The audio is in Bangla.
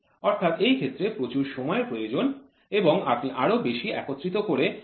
অর্থাৎ এই ক্ষেত্রে প্রচুর সময়ের প্রয়োজন এবং আপনি আরো বেশি একত্রিত করে উৎপাদন করতে চাইছেন